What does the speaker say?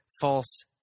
false